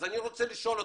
אני רוצה לשאול אתכם: